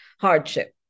hardship